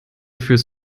fürs